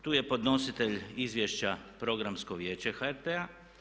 Tu je podnositelj izvješća Programsko vijeće HRT-a.